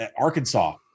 Arkansas